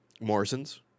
Morrison's